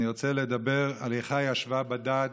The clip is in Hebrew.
אני רוצה לדבר על "איכה ישבה בדד